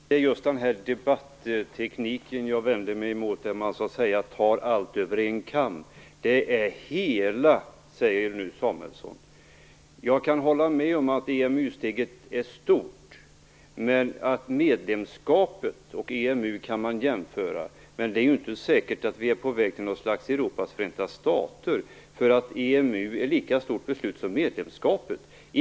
Herr talman! Jag vänder mig just emot debattekniken, där man drar allt över en kam. Marianne Samuelsson talar nu om hela den nationella handlingsfriheten. Jag kan hålla med om att EMU-steget är stort. Medlemskapet och EMU kan i och för sig jämföras, men det är ju inte säkert att vi är på väg mot något slags Europas förenta stater bara därför att EMU är ett lika stort beslut som beslutet om EU-medlemskapet var.